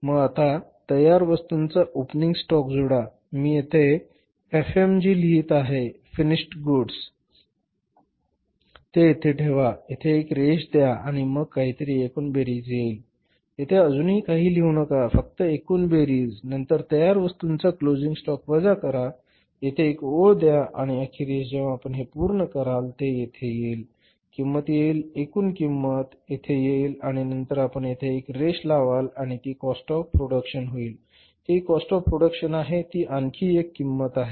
मग आता तयार वस्तूंचा ओपनिंग स्टाॅक जोडा मी येथे एफजी लिहित आहे फिनिश्ड गुड्स ते येथे ठेवा येथे एक रेष द्या आणि मग काहीतरी एकूण बेरीज येईल येथे अजून काहीही लिहू नका फक्त एकूण बेरीज नंतर तयार वस्तूंचा क्लोजिंग स्टाॅक वजा करा येथे एक ओळ द्या आणि अखेरीस जेव्हा आपण हे पूर्ण कराल ते येथे येईल किंमत येईल एकूण किंमत येथे येईल आणि नंतर आपण येथे एक रेषा लावाल आणि ती काॅस्ट ऑफ प्रोडक्शन होईल ही काॅस्ट ऑफ प्रोडक्शन आहे ती आणखी एक किंमत आहे